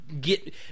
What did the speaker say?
get